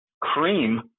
cream